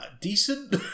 decent